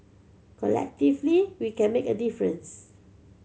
collectively we can make a difference